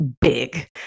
big